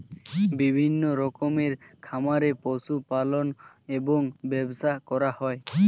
বিভিন্ন রকমের খামারে পশু পালন এবং ব্যবসা করা হয়